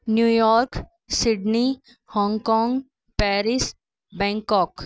New York Sydney Hong Kong Paris Bangkok